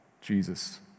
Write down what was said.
Jesus